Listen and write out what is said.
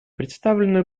представленную